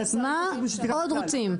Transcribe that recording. מה עוד רוצים?